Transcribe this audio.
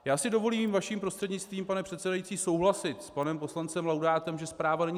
Já si dovolím, vaším prostřednictvím, pane předsedající, souhlasit s panem poslancem Laudátem, že zpráva není závěrečná.